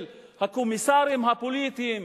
של הקומיסרים הפוליטיים,